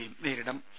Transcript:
സിയെയും നേരിടും